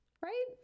Right